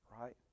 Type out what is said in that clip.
right